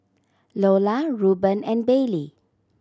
Loula Ruben and Bailey